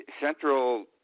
central